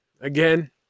Again